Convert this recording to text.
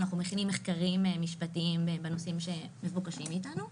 ואנחנו מכינים מחקרים משפטיים בנושאים המבוקשים מאיתנו.